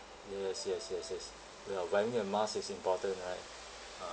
yes yes yes yes ya wearing a mask is important right ah